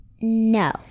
No